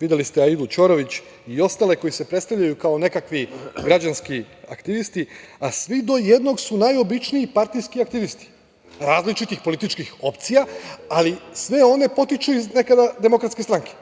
videli ste Aidu Ćorović i ostale koji se predstavljaju kao nekakvi građanski aktivisti, a svi do jednog su najobičniji partijski aktivisti. Različitih političkih opcija, ali sve one potiču iz nekada DS, i svi su,